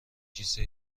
کیسه